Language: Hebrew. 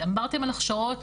דיברתם על הכשרות,